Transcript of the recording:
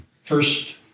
first